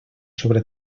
sobre